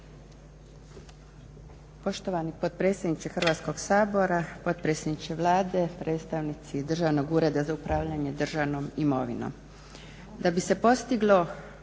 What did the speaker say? Poštovani potpredsjedniče Hrvatskog sabora, potpredsjedniče Vlade, predstavnici Državnog ureda za upravljanje državnom imovinom.